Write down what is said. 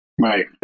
Right